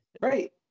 Right